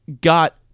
got